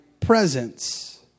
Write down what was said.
presence